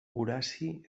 horaci